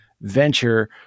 venture